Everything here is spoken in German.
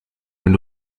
wenn